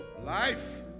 Life